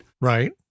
right